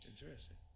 Interesting